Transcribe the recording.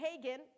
Hagen